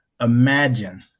imagine